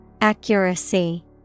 Accuracy